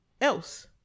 else